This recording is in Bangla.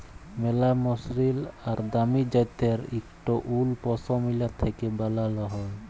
ম্যালা মসরিল আর দামি জ্যাত্যের ইকট উল পশমিলা থ্যাকে বালাল হ্যয়